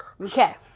okay